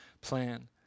plan